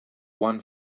won